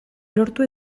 lortu